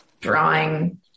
drawing